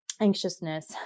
anxiousness